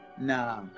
nah